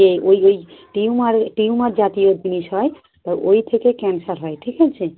ইয়ে ওই ওই টিউমার টিউমার জাতীয় জিনিস হয় তা ওই থেকে ক্যান্সার হয় ঠিক আছে